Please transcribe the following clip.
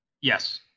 Yes